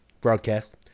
broadcast